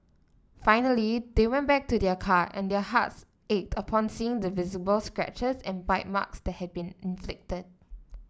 finally they went back to their car and their hearts ached upon seeing the visible scratches and bite marks that had been inflicted